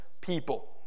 people